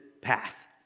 path